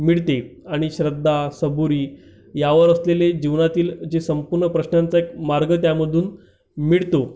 मिळते आणि श्रद्धा सबुरी यावर असलेले जीवनातील जे संपूर्ण प्रश्नांचा एक मार्ग त्यामधून मिळतो